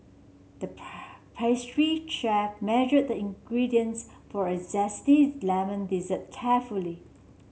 the pastry chef measured the ingredients for a zesty lemon dessert carefully